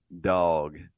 dog